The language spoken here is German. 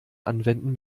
anwenden